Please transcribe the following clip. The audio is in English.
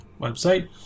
website